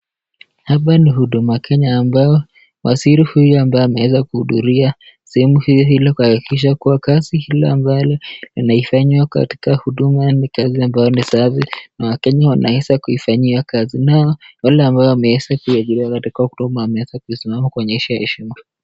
Hapa ni huduma Kenya ambapo waziri huyu ambaye ameweza kuhudhuria sehemu hii ili kuhakikisha kuwa kazi hili ambalo linafanywa katika huduma ni kazi ambayo ni safi na wakenya wanaweza kuifanyia kazi na wale amabao wameweza kuajiria katika huduma wameweza kusimama kuonyesha heshima.